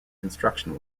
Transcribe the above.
construction